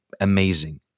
amazing